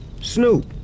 Snoop